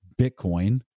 Bitcoin